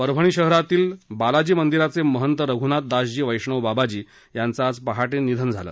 परभणी शहरातील बालाजी मंदिराचे महंत रघूनाथदासजी वैष्णव बाबाजी यांचं आज पहाटे निधन झालं